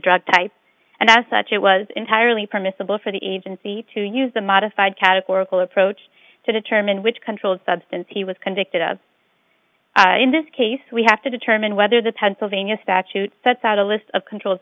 drug type and as such it was entirely permissible for the agency to use the modified categorical approach to determine which controlled substance he was convicted of in this case we have to determine whether the pennsylvania statute sets out a list of controlled